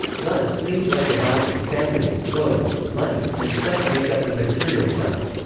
thus, things like the body, family, clothes, money, and such make up the material self.